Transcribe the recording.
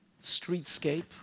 Streetscape